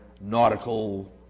nautical